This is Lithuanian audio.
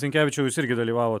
sinkevičiau jūs irgi dalyvavot